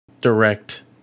direct